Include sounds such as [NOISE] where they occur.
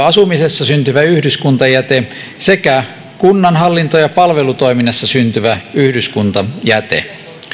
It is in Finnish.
[UNINTELLIGIBLE] asumisessa syntyvä yhdyskuntajäte sekä kunnan hallinto ja palvelutoiminnassa syntyvä yhdyskuntajäte